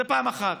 זה, דבר אחד.